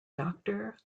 doctor